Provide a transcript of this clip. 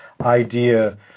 idea